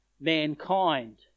mankind